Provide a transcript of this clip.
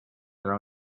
their